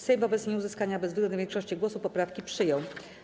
Sejm wobec nieuzyskania bezwzględnej większości głosów poprawki przyjął.